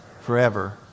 forever